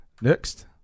Next